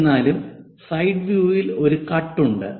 എന്നിരുന്നാലും സൈഡ് വ്യൂവിൽ ഒരു കട്ട് ഉണ്ട്